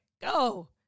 go